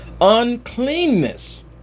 Uncleanness